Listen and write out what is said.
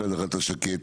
מצד אחד, אתה שקט